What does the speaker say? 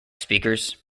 speakers